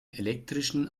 elektrischen